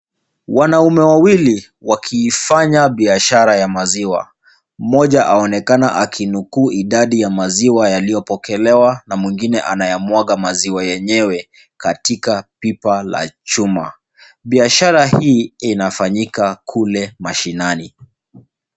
Wanaume wawili wakiifanya biashara ya maziwa. Mmoja aonekana akinukuu idadi ya maziwa yaliyopokelewa na mwingine anayamwaga maziwa yenyewe katika pipa la chuma. Biashara hii inafanyika kule mashinani.